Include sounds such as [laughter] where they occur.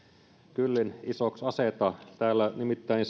kyllin isoiksi aseta nimittäin [unintelligible]